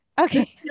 okay